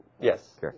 Yes